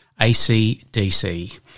ACDC